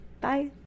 Bye